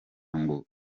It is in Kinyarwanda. ngo